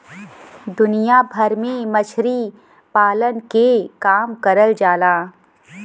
दुनिया भर में मछरी पालन के काम करल जाला